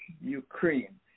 Ukraine